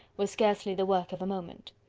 was scarcely the work of a moment.